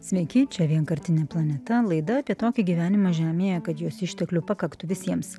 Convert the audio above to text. sveiki čia vienkartinė planeta laida apie tokį gyvenimą žemėje kad jos išteklių pakaktų visiems